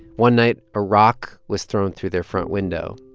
one night, a rock was thrown through their front window.